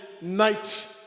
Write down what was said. night